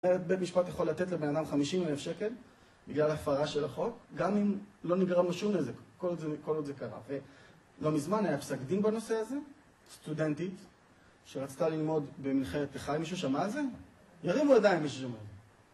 בית המשפט יכול לתת לבן אדם 50,000 שקל בגלל הפרה של החוק גם אם לא נגרם משום נזק כל עוד זה קרה ולא מזמן היה פסק דין בנושא הזה, סטודנטית שרצתה ללמוד במכללת חי מישהו שמע על זה? תרימו עדיין מי ששומע על זה.